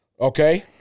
Okay